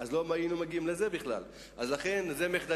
ולא היינו מגיעים לזה.